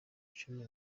cumi